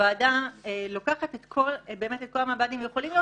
הוועדה לוקחת את כל המב"דים ויכולים להיות